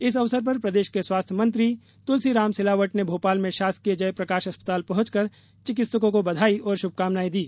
इस अवसर पर प्रदेश के स्वास्थ्य मंत्री तुलसीराम सिलावट ने भोपाल में शासकीय जयप्रकाश अस्पताल पहँचकर चिकित्सकों को बधाई और श्भकामनाएँ दी